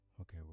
Okay